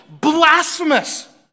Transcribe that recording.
blasphemous